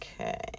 Okay